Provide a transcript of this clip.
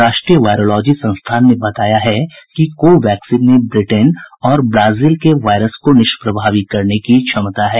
राष्ट्रीय वायरोलॉजी संस्थान ने बताया है कि कोवैक्सीन में ब्रिटेन और ब्राजील के वायरस को निष्प्रभावी करने की क्षमता है